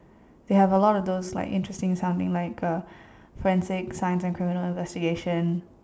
they have a lot of those like interesting sounding like uh Forensic science and criminal investigation